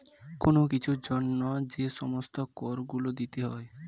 কোন কিছুর জন্য যে সমস্ত কর গুলো দিতে হয়